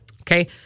okay